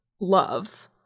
love